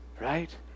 Right